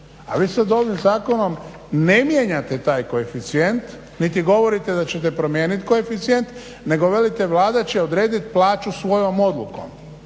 A vi sad ovim zakonom ne mijenjate taj koeficijent niti govorite da ćete promijeniti koeficijent nego velite Vlada će odrediti plaću svojom odlukom.